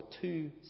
two